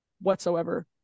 whatsoever